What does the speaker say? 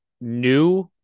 new